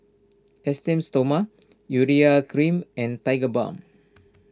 Esteem Stoma Urea Cream and Tigerbalm